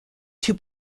two